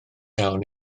iawn